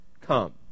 come